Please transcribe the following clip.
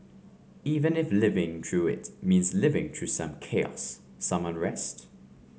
even if living through it means living through some chaos some unrest